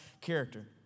character